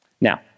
Now